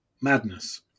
madness